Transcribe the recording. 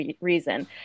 reason